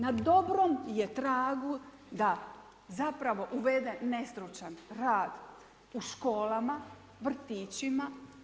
Na dobrom je tragu da zapravo uvede nestručan rad u školama, vrtićima.